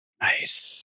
Nice